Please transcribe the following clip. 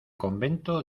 convento